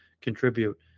contribute